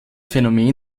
phänomen